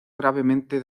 gravemente